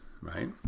right